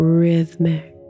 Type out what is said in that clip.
rhythmic